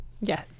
yes